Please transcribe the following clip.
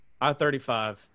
I-35